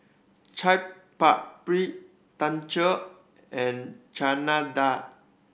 Chaat Papri Tacos and Chana Dal